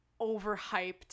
overhyped